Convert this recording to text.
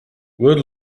world